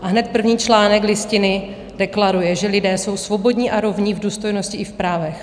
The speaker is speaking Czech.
A hned první článek Listiny deklaruje, že lidé jsou svobodní a rovní v důstojnosti i v právech.